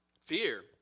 fear